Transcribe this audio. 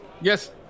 Yes